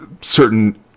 certain